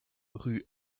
rue